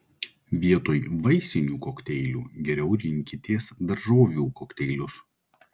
vietoj vaisinių kokteilių geriau rinkitės daržovių kokteilius